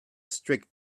strict